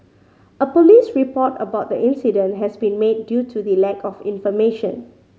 a police report about the incident has been made due to the lack of information